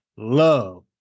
love